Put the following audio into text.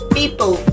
people